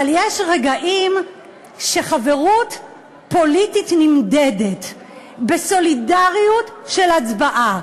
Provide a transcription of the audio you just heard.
אבל יש רגעים שחברות פוליטית נמדדת בסולידריות של הצבעה.